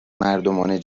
مردمان